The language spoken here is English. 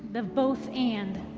the both and.